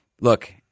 Look